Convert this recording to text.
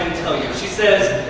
tell you. she says,